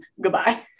Goodbye